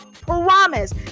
promise